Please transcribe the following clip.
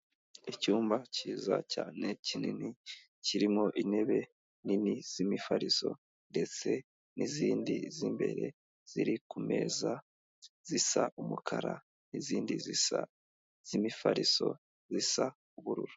Icyumba cyiza cyane kinini kirimo intebe nini z'imifarizo ndetse n'izindi z'imbere ziri ku meza zisa umukara n'izindi zisa z'imifariso zisa ubururu.